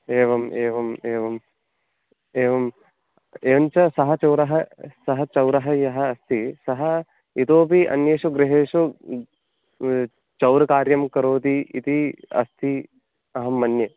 एवम् एवम् एवम् एवम् एवं च सः चोरः सः चोरः यः अस्ति सः इतोपि अन्येषु गृहेषु चौरकार्यं करोति इति अस्ति अहं मन्ये